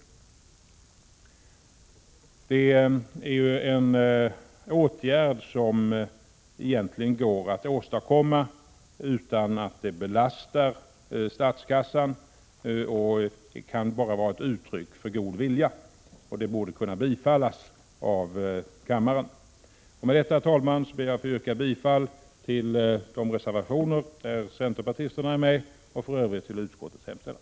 Det är en åtgärd som egentligen inte belastar statskassan utan kan vara ett uttryck för god vilja. Det borde kunna bifallas av kammaren. Med detta, herr talman, ber jag att få yrka bifall till de reservationer där centerpartisterna är med och i övrigt bifall till utskottets hemställan.